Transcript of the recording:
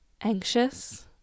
anxious